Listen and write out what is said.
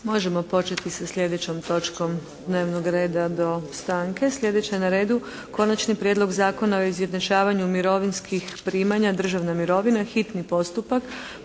Možemo početi sa sljedećom točkom dnevnog reda do stanke. Sljedeća je na redu - Prijedlog Zakona o izjednačavanju mirovinskih primanja (državna mirovina) –